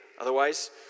Otherwise